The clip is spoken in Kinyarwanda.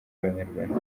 abanyarwanda